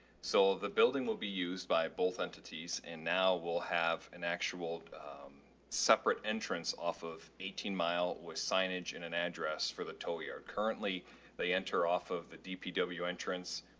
so the building will be used by both entities and now we'll have an actual separate entrance off of eighteen mile with signage and an address for the tow yard. currently they enter off of the dpw entrance.